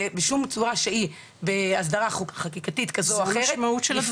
צורה שהיא בהסדרה חקיקתית כזו או אחרת --- זו המשמעות של הדברים.